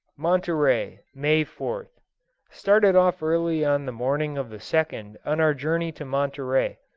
monterey may fourth started off early on the morning of the second on our journey to monterey.